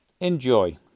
Enjoy